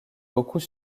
beaucoup